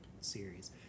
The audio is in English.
series